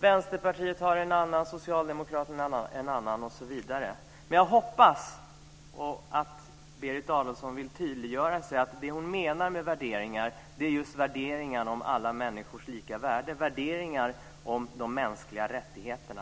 Vänsterpartiet har en annan, Socialdemokraterna har en annan osv. Men jag hoppas att Berit Adolfsson vill tydliggöra att det hon menar med värderingar är just alla människors lika värde och de mänskliga rättigheterna.